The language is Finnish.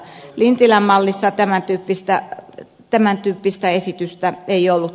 lintilän mallissa tämän tyyppistä esitystä ei ollut